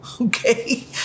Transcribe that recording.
Okay